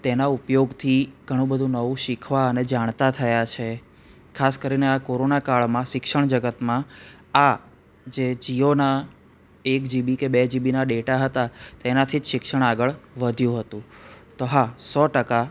તેના ઉપયોગથી ઘણું બધું નવું શીખવા અને જાણતા થયા છે ખાસ કરીને આ કોરોના કાળમાં શિક્ષણ જગતમાં આ જે જીઓના એક જીબી કે બે જીબીના ડેટા હતા તેનાથી જ શિક્ષણ આગળ વધ્યું હતું તો હા સો ટકા